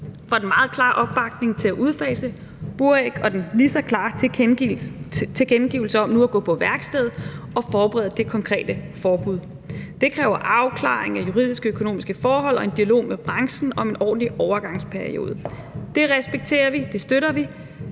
for den meget klare opbakning til at udfase buræg og den lige så klare tilkendegivelse om nu at gå på værkstedet og forberede det konkrete forbud. Det kræver afklaring af juridiske, økonomiske forhold og en dialog med branchen om en ordentlig overgangsperiode. Det respekterer vi. Det støtter vi,